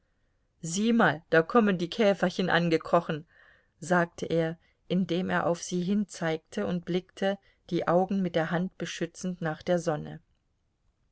sieh mal da kommen die käferchen angekrochen sagte er indem er auf sie hinzeigte und blickte die augen mit der hand beschützend nach der sonne